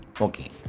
okay